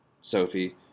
Sophie